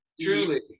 Truly